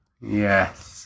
Yes